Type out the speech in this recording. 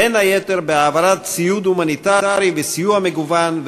בין היתר בהעברת ציוד הומניטרי וסיוע מגוון,